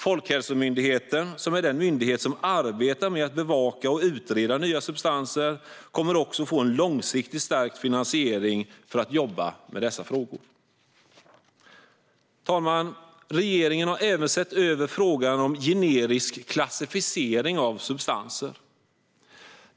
Folkhälsomyndigheten, som är den myndighet som arbetar med att bevaka och utreda nya substanser, kommer också att få en långsiktigt stärkt finansiering för att jobba med dessa frågor. Fru talman! Regeringen har även sett över frågan om generisk klassificering av substanser.